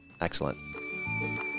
Excellent